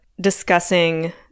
discussing